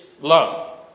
love